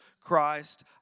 Christ